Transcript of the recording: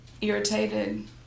irritated